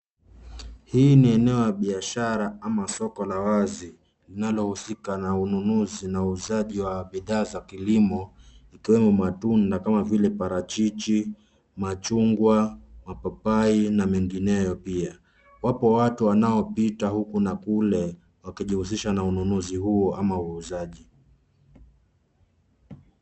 Hii ni eneo la biashara ama soko la wazi linalohusika na ununuzi na uuzaji wa bidhaa za kilimo zikiwemo matunda kama vile parachichi, machungwa, mapapai na mengineyo pia. Wapo watu wanaopita huku na kule wakijihusisha na ununuzi huo ama uuzaji.